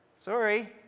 Sorry